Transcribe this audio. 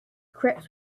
crepes